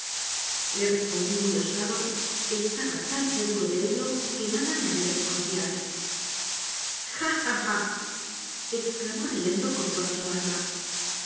le respondí muy osado que estaba tan seguro de ello que nada me haría desconfiar ja ja ja ex clamó riendo con toda su alma